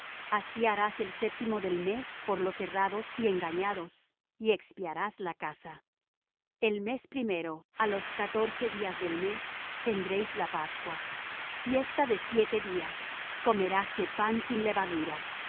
así harás el séptimo del mes por los errados y engañados y expiarás la casa el mes primero á los catorce días del mes tendréis la pascua fiesta de siete días comeráse pan sin levadura y